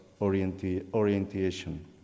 orientation